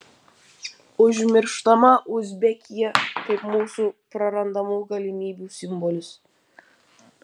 užmirštama uzbekija kaip mūsų prarandamų galimybių simbolis